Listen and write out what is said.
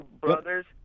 brothers